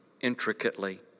intricately